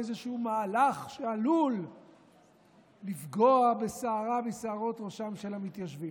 איזשהו מהלך שעלול לפגוע בשערה משערות ראשם של המתיישבים.